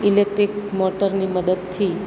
electric મોટરની મદદથી